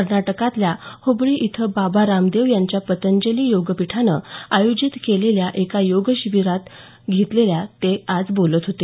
कर्नाटकातल्या हुबळी इथं बाबा रामदेव यांच्या पतंजली योगपीठानं आयोजित केलेल्या योग शिबिरात भाग घेतल्यानंतर ते आज बोलत होते